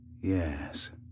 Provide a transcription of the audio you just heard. Yes